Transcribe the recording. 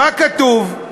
מה כתוב?